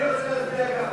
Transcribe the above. אני רוצה להצביע גם.